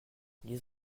les